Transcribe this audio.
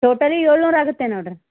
totally ಏಳುನೂರು ಆಗುತ್ತೆ ನೋಡ್ರಿ